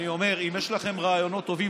אם יש לכם רעיונות טובים,